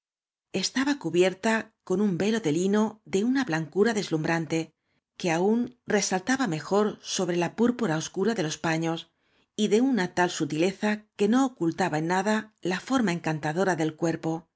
pecho estaba cubierta con un velo de iino de una blancura deslumbrante que aún resaltaba mejor sobre la púrpura oscura de los paños y de una tal sutileza que no ocultaba en nada la íor ma encantadora del cuerpo